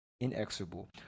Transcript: inexorable